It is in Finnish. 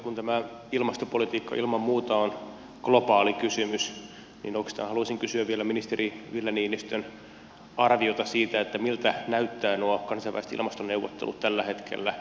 kun tämä ilmastopolitiikka ilman muuta on globaali kysymys niin oikeastaan haluaisin kysyä vielä ministeri ville niinistön arviota siitä miltä näyttävät nuo kansainväliset ilmastoneuvottelut tällä hetkellä